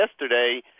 yesterday